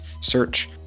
Search